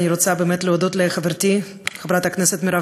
אני רוצה להודות לחברתי חברת הכנסת מירב